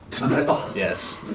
Yes